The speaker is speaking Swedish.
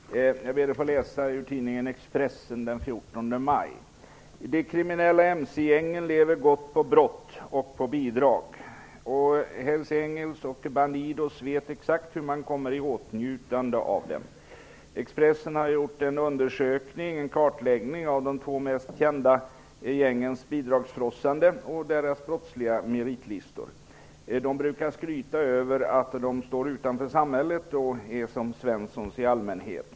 Herr talman! Socialministern! Jag ber att få läsa ur tidningen Expressen den 14 maj: De kriminella mc-gängen lever gott på brott och på bidrag. Och Hells Angels och Bandidos vet exakt hur man kommer i åtnjutande av dem. Expressen har gjort en kartläggning av gängens bidragsfrossande och deras brottsliga meritlistor. De brukar skryta med att de står utanför samhället och är som Svensson i allmänhet.